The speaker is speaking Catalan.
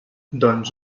doncs